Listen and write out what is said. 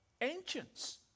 ancients